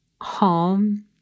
home